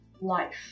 life